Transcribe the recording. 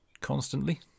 constantly